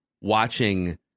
watching